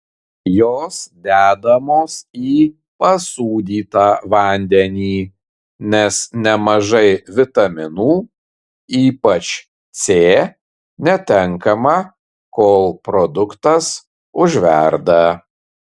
jos dedamos į pasūdytą vandenį nes nemažai vitaminų ypač c netenkama kol produktas užverda